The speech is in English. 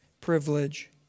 privilege